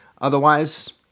Otherwise